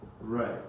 Right